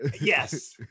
Yes